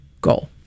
goal